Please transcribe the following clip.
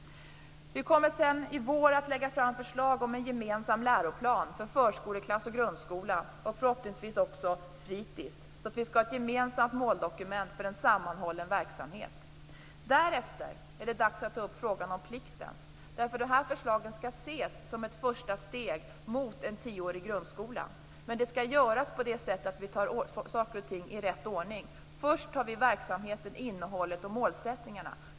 Vi kommer sedan i vår att lägga fram förslag om en gemensam läroplan för förskoleklass och grundskola och förhoppningsvis också fritis. Vi skall ha ett gemensamt måldokument för en sammanhållen verksamhet. Därefter är det dags att ta upp frågan om plikten. Det här förslaget skall ses som ett första steg mot en tioårig grundskola, men det skall göras på det sättet att vi tar saker och ting i rätt ordning. Först tar vi upp verksamheten, innehållet och målsättningarna.